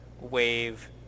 wave